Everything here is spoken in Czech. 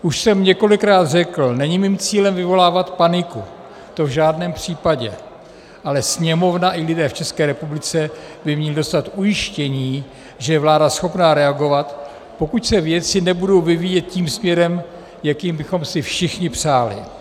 Už jsem několikrát řekl, není mým cílem vyvolávat paniku, to v žádném případě, ale Sněmovna i lidé v České republice by měli dostat ujištění, že je vláda schopna reagovat, pokud se věci nebudou vyvíjet tím směrem, jakým bychom si všichni přáli.